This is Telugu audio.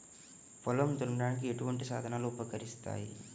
పొలం దున్నడానికి ఎటువంటి సాధనాలు ఉపకరిస్తాయి?